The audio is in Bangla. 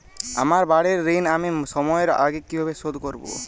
আমার বাড়ীর ঋণ আমি সময়ের আগেই কিভাবে শোধ করবো?